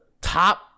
top